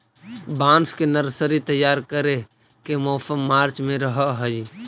बांस के नर्सरी तैयार करे के मौसम मार्च में रहऽ हई